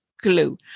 clue